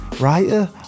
writer